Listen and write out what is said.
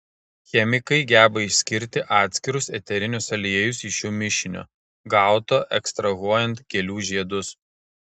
chemikai geba išskirti atskirus eterinius aliejus iš jų mišinio gauto ekstrahuojant gėlių žiedus